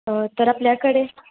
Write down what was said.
तर आपल्याकडे